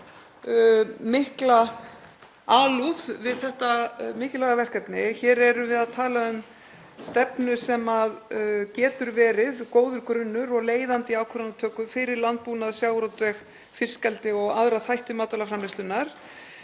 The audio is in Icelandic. mikla alúð við þetta mikilvæga verkefni. Hér erum við að tala um stefnu sem getur verið góður grunnur og leiðandi í ákvarðanatöku fyrir landbúnað, sjávarútveg, fiskeldi og aðra þætti matvælaframleiðslunnar.